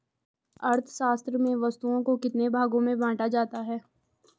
अर्थशास्त्र में वस्तुओं को कितने भागों में बांटा जाता है?